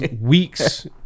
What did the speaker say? weeks